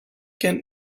can